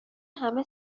همه